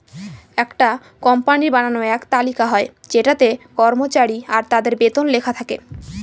একটা কোম্পানির বানানো এক তালিকা হয় যেটাতে কর্মচারী আর তাদের বেতন লেখা থাকে